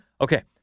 Okay